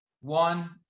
One